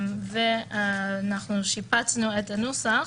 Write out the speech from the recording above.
אנחנו שיפצנו את הנוסח,